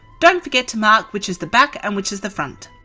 don't forget to mark which is the back and which is the front.